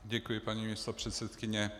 Děkuji, paní místopředsedkyně.